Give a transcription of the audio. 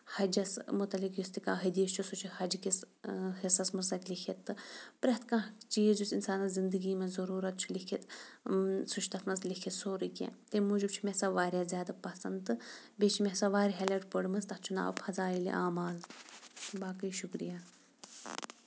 حَجَس مُتٮعلِق یُس تہِ کانٛہہ حٔدیٖث چھُ سُہ چھُ حَج کِس حِصس منٛز تَتہِ لٮ۪کھِتھ تہٕ پرٛٮ۪تھ کانٛہہ چیٖز یُس اِنسانَس زِندگی منٛز ضروٗرتھ چھُ لٮ۪کھِتھ سُہ چھُ تَتھ منٛز لٮ۪کھِتھ سورُے کیٚنہہ تَمہِ موٗجوٗب چھےٚ مےٚ سۄ واریاہ زیادٕ پَسنٛد تہٕ بیٚیہِ چھِ مےٚ سۄ واریاہ لَٹہِ پٔرمٕژ تَتھ چھُ ناو فِضایلہِ اعمال باقٕے شُکرِیہ